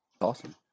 awesome